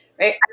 right